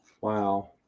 Wow